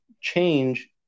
change